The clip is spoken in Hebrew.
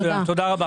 תודה רבה.